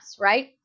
right